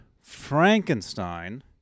Frankenstein